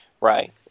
right